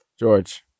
George